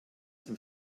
zum